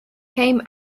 came